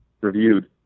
reviewed